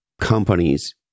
companies